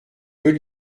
peut